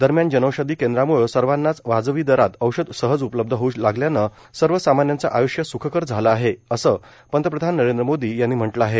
दरम्यान जनौषधी केंद्रांमुळ सर्वानाचं वाजवी दरात औषध सहज उपलब्ध होऊ लागल्यानं सर्वसामान्याचं आय्ष्य सुखकर झालं आहे असं पंतप्रधान नरेंद्र मोदी यांनी म्हटलं आहे